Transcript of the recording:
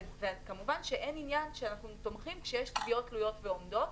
וכמובן שאין עניין שאנחנו תומכים כשיש תביעות תלויות ועומדות,